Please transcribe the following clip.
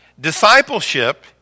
discipleship